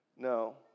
No